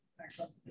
Excellent